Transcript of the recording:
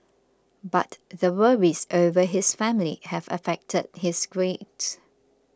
but the worries over his family have affected his grades